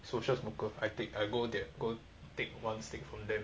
social smoker I take I go there go take one stick from them